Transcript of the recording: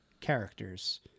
characters